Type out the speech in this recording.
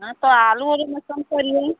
हाँ तो आलू ओलु में कम करिए